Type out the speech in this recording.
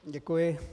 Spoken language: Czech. Děkuji.